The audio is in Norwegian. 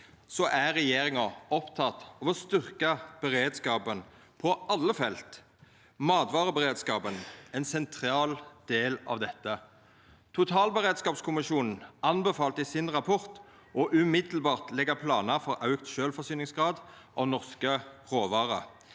tid er regjeringa oppteken av å styrkja beredskapen på alle felt. Matvareberedskapen er ein sentral del av dette. Totalberedskapskommisjonen anbefalte i sin rapport straks å leggja planar for auka sjølvforsyningsgrad av norske råvarer.